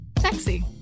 Sexy